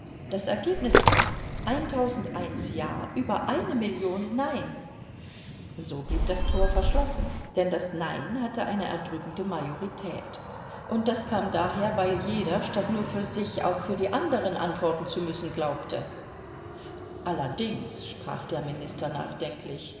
das ergebnis war ja über eine million nein so blieb das thor verschlossen denn das nein hatte eine erdrückende majorität und das kam daher weil jeder statt nur für sich auch für die anderen antworten zu müssen glaubte allerdings sprach der minister nachdenklich